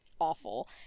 awful